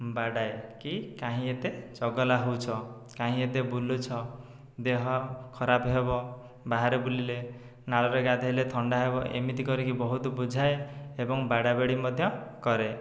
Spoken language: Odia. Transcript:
ବାଡ଼ାଏ କି କାହିଁ ଏତେ ଚଗଲା ହେଉଛ କାହିଁ ଏତେ ବୁଲୁଛ ଦେହ ଖରାପ ହେବ ବାହାରେ ବୁଲିଲେ ନାଳରେ ଗାଧୋଇଲେ ଥଣ୍ଡା ହେବ ଏମିତି କରିକି ବହୁତ ବୁଝାଏ ଏବଂ ବାଡ଼ାବାଡ଼ି ମଧ୍ୟ କରେ